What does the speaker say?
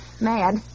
mad